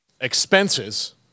expenses